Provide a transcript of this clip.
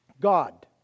God